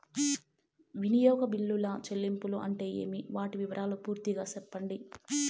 వినియోగ బిల్లుల చెల్లింపులు అంటే ఏమి? వాటి వివరాలు పూర్తిగా సెప్పండి?